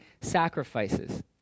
sacrifices